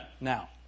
Now